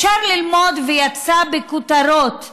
אפשר ללמוד, וזה יצא בכותרות בעיתונות,